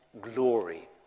glory